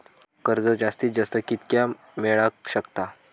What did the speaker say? कर्ज जास्तीत जास्त कितक्या मेळाक शकता?